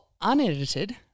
unedited